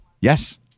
Yes